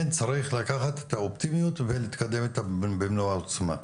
כן צריך לקחת את האופטימיות ולהתקדם איתה במלוא העוצמה.